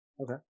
Okay